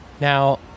Now